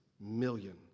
million